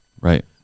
right